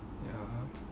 ya